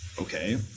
okay